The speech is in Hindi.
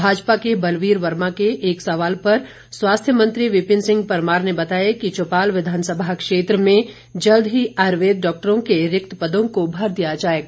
भाजपा के बलवीर वर्मा के एक सवाल पर स्वास्थ्य मंत्री विपिन सिंह परमार ने बताया कि चौपाल विधानसभा क्षेत्र में जल्द ही आयुर्वेद डॉक्टरों के रिक्त पदों को भर दिया जाएगा